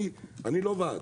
אני לא ועד,